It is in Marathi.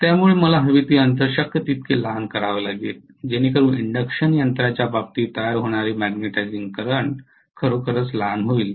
त्यामुळे मला हवेतील अंतर शक्य तितके लहान करावे लागेल जेणेकरून इंडक्शन यंत्राच्या बाबतीत तयार होणारे मॅग्नेटिझिंग करंट खरोखरच लहान होईल